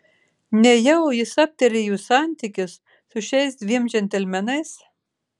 nejau jis aptarė jų santykius su šiais dviem džentelmenais